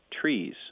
trees